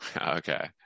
Okay